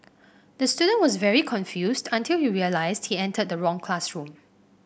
the student was very confused until he realised he entered the wrong classroom